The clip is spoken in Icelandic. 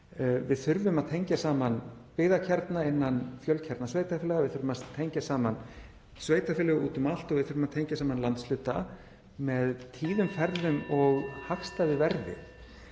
Við þurfum að tengja saman byggðarkjarna innan fjölkjarnasveitarfélaga. Við þurfum að tengja saman sveitarfélög út um allt og við þurfum að tengja saman landshluta með tíðum ferðum og hagstæðu verði.